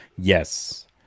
Yes